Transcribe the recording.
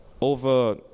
over